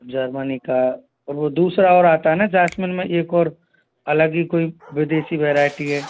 Germany का और वो दूसरा और आता है ना जैस्मिन में एक और अलग ही कोई विदेशी वैराइटी है